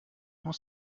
muss